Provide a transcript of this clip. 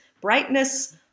brightness